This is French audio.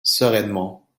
sereinement